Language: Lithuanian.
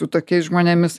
su tokiais žmonėmis